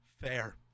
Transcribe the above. Fair